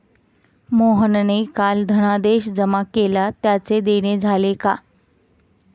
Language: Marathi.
मोहनने काल धनादेश जमा केला त्याचे देणे झाले का?